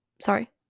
sorry